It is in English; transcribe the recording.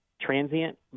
transient